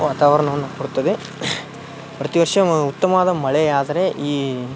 ವಾತಾವರಣವನ್ನು ಕೊಡ್ತದೆ ಪ್ರತಿ ವರ್ಷ ಉತ್ತಮವಾದ ಮಳೆಯಾದರೆ ಈ